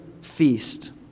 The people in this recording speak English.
feast